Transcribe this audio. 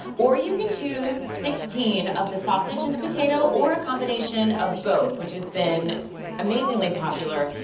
or you can choose sixteen of the sausage and the potato or a combination of both, which has been amazingly popular.